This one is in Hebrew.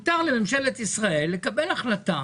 מותר לממשלת ישראל לקבל החלטה